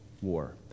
war